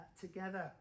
together